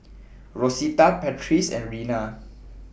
Rosita Patrice and Rena